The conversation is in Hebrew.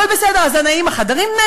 אבל בסדר, אז נאים החדרים?